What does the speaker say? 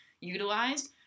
utilized